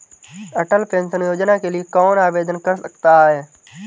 अटल pension Yojana के लिए कौन आवेदन कर सकता है?